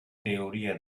teoria